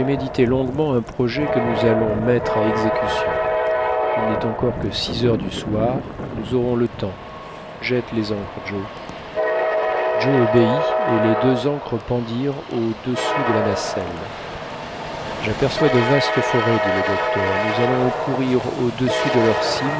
médité longuement un projet que nous allons mettre à exécution il n'est encore que six heures du soir nous aurons le temps jette les ancres joe joe obéit et les deux ancres pendirent au-dessous de la nacelle j'aperçois de vastes forêts dit le docteur nous allons courir au-dessus de leurs